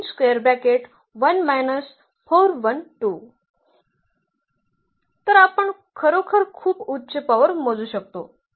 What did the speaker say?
घ्या तर आपण खरोखर खूप उच्च पॉवर मोजू शकतो